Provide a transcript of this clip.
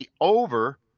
over